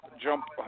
jump